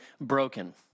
broken